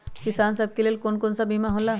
किसान सब के लेल कौन कौन सा बीमा होला?